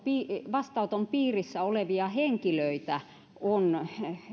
vastaanoton piirissä olevia henkilöitä on